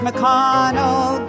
McConnell